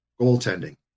goaltending